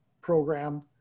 program